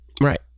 right